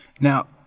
Now